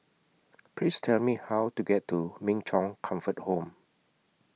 Please Tell Me How to get to Min Chong Comfort Home